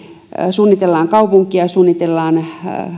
suunnitellaan kaupunkia suunnitellaan